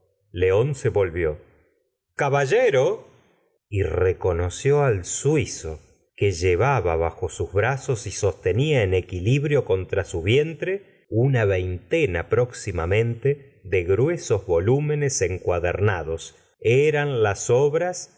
león se volvió caballero y reconoció al suizo que llevaba bajo sus brazos y sostenía en equilibrio contra su vientre una veintena próximamente de gruesos volúmenes encuadernados eran las obras